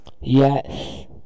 Yes